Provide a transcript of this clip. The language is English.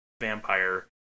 vampire